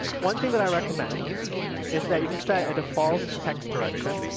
one thing that i recommend is that you can set a default text direction.